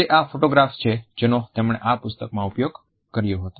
તે આ ફોટોગ્રાફ્સ છે જેનો તેમણે આ પુસ્તકમાં ઉપયોગ કર્યો હતો